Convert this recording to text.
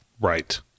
right